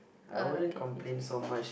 I wouldn't complain so much